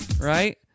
right